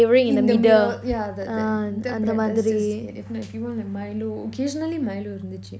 in the middle yeah the that that bread it's just or if not have milo occassionally milo இருந்துச்சி:irunthuchi